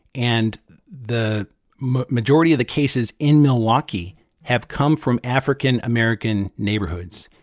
and the majority of the cases in milwaukee have come from african american neighborhoods.